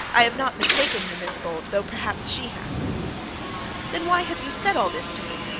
i have not mistaken you, mrs bold, though perhaps she has then why have you said all this to me